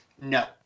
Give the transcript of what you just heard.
No